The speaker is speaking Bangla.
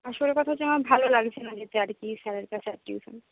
আসল কথা হচ্ছে আমার ভালো লাগছে না যেতে আর কি স্যারের কাছে আর টিউশন